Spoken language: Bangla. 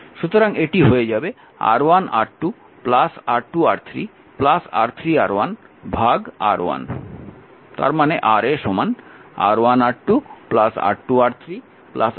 সুতরাং এটি হয়ে যাবে R1R2 R2R3 R3R1 R1 তার মানে Ra R1R2 R2R3 R3R1 R1